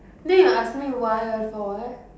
then ask me why for what